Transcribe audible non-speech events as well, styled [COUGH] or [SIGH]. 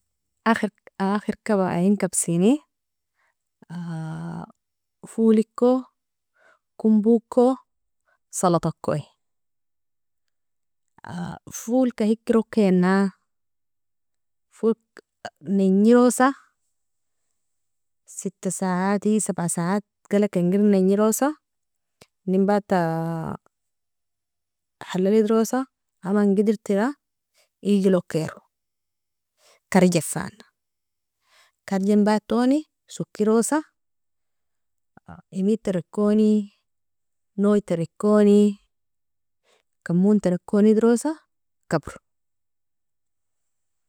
- akhir kaba ain kabsini [HESITATION] foliko komboko salatakoi, [HESITATION] folka heiker okena [HESITATION] nijirosa sita saati sabea saatgalag inger nijirosa, ienebata [HESITATION] halal idrosa amang idertira igil okero karjefan karjenbatoni sokerosa [HESITATION] emid terikoni noi terikoni kamon terikoni drosa kabro.